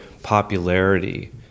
popularity